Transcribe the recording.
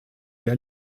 der